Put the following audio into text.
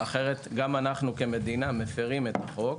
אחרת גם אנו כמדינה מפרים את החוק.